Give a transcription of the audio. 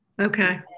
Okay